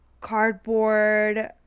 cardboard